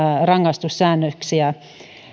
rangaistussäännöksiä